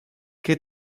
che